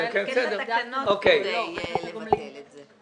צריך לתקן את התקנות כדי לבטל את זה.